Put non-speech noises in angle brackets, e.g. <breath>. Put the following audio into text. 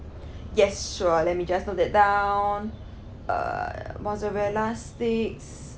<breath> yes sure let me just note that down uh mozzarella sticks